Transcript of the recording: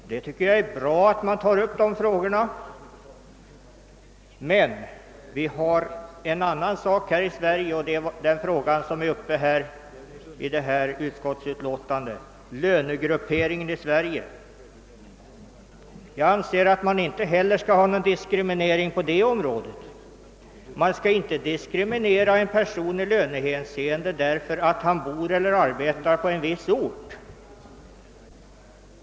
Jag tycker det är bra att de frågorna tagits upp till behandling. Men här i landet har vi en annan företeelse av diskriminerande art, nämligen lönegrupperingen. Jag anser att vi inte heller där skall ha någon diskriminering. Man skall inte diskriminera en person i lönehänseende därför att han bor eller arbetar på en viss ort.